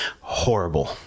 horrible